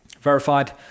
verified